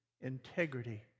integrity